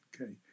okay